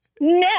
no